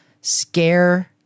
scare